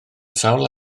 sawl